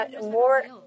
more